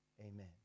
amen